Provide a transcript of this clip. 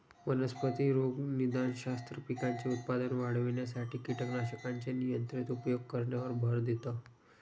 वनस्पती रोगनिदानशास्त्र, पिकांचे उत्पादन वाढविण्यासाठी कीटकनाशकांचे नियंत्रित उपयोग करण्यावर भर देतं